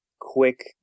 quick